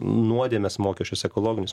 nuodėmės mokesčius ekologinius